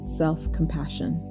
self-compassion